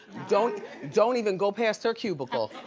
don't don't even go past her cubicle.